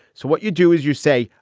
so what you do is you say,